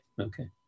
okay